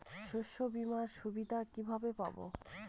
শস্যবিমার সুবিধা কিভাবে পাবো?